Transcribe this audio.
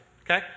Okay